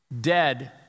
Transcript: dead